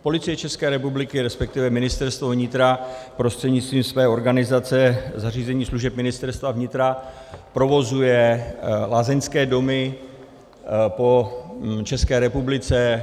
Policie ČR, resp. Ministerstvo vnitra prostřednictvím své organizace Zařízení služeb Ministerstva vnitra provozuje lázeňské doby po České republice.